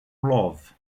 love